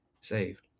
saved